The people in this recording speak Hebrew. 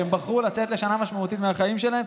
שהם בחרו לצאת לשנה משמעותית מהחיים שלהם,